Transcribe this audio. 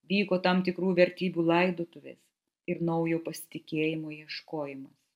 vyko tam tikrų vertybių laidotuvės ir naujo pasitikėjimo ieškojimas